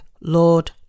Lord